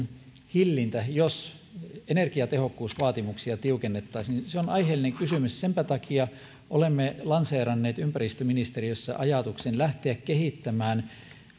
hillintä jos energiatehokkuusvaatimuksia tiukennettaisiin on aiheellinen kysymys senpä takia olemme lanseeranneet ympäristöministeriössä ajatuksen lähteä kehittämään rakentamiseen